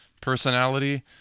personality